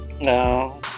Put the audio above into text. No